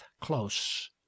close